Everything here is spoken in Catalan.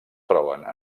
troben